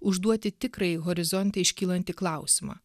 užduoti tikrąjį horizonte iškylantį klausimą